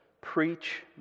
preach